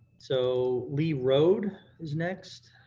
so lee road is next,